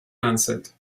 answered